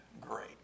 great